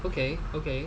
okay okay